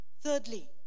Thirdly